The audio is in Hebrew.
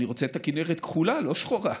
אני רוצה את הכינרת כחולה, לא שחורה.